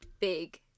big